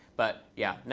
but yeah yeah,